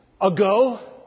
ago